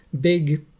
big